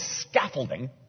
scaffolding